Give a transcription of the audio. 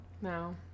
no